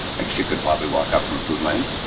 i guess you could probably walk up from foodland